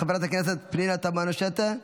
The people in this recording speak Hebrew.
חברת הכנסת פנינה תמנו שטה,